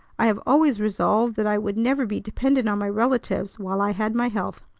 i have always resolved that i would never be dependent on my relatives while i had my health.